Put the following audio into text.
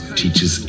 teaches